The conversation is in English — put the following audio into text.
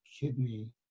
kidney